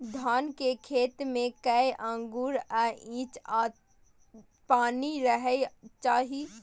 धान के खेत में कैए आंगुर आ इंच पानी रहै के चाही?